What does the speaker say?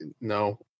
no